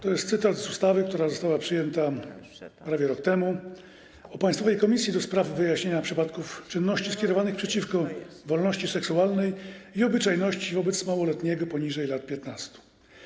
To jest cytat z ustawy, która została przyjęta prawie rok temu, o Państwowej Komisji do spraw wyjaśniania przypadków czynności skierowanych przeciwko wolności seksualnej i obyczajności wobec małoletniego poniżej lat 15.